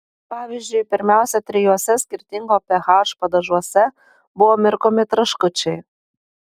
pavyzdžiui pirmiausia trijuose skirtingo ph padažuose buvo mirkomi traškučiai